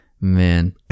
Man